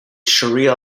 sharia